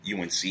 UNC